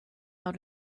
out